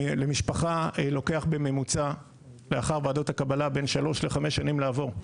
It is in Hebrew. למשפחה לוקח בממוצע לאחר ועדות הקבלה בין שלוש לחמש שנים לעבור.